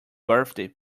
birthday